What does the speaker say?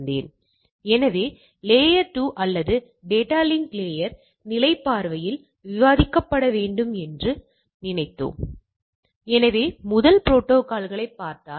நான் போல்ட்டுகளைத் தயாரிக்கும் போது ஒரு குறிப்பிட்ட எண்ணிக்கையிலான குறைபாடுகள் இருக்கும் என்று எதிர்பார்க்கிறேன் ஆனால் ஒரு நாளில் பல குறைபாடுகளை நான் காண்கிறேன்